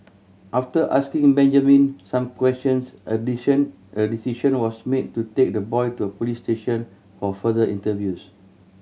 after asking Benjamin some questions a a decision was made to take the boy to a police station for further interviews